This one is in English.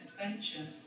adventure